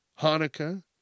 Hanukkah